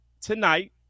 tonight